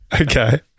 Okay